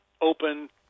open